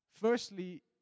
Firstly